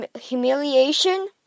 humiliation